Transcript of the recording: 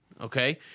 Okay